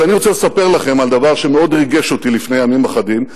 אז אני רוצה לספר לכם על דבר שמאוד ריגש אותי לפני ימים אחדים,